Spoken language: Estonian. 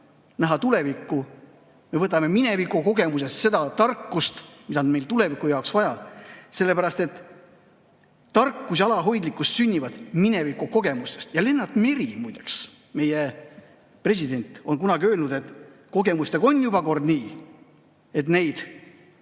näha tulevikku. Me võtame minevikukogemusest seda tarkust, mida on meil tuleviku jaoks vaja, sellepärast et tarkus ja alalhoidlikkus sünnivad mineviku kogemustest. Ja Lennart Meri, muide, meie president, on kunagi öelnud, et kogemustega on juba kord nii, et neid